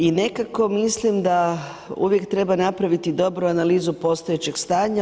I nekako mislim da uvijek treba napraviti dobru analizu postojećeg stanja.